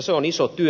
se on iso työ